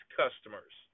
customers